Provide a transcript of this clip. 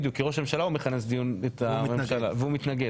בדיוק כי ראש הממשלה הוא מכנס דיון את הממשלה והוא מתנגד.